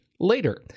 later